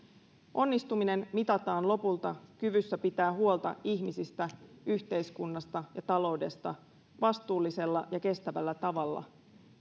onnistuminen mitataan lopulta kyvyssä pitää huolta ihmisistä yhteiskunnasta ja taloudesta vastuullisella ja kestävällä tavalla